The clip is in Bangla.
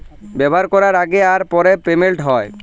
ব্যাভার ক্যরার আগে আর পরে পেমেল্ট হ্যয়